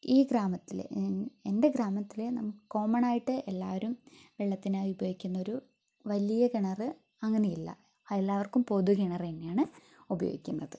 ഈ ഗ്രാമത്തിൽ എന്റെ ഗ്രാമത്തിലെ കോമണായിട്ട് എല്ലാവരും വെള്ളത്തിനായി ഉപയോഗിക്കുന്നൊരു വലിയ കിണർ അങ്ങനെയില്ല എല്ലാവര്ക്കും പൊതു കിണർ തന്നെയാണ് ഉപയോഗിക്കുന്നത്